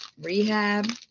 rehab